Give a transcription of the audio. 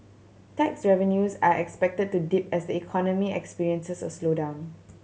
tax revenues are expected to dip as economy experiences a slowdown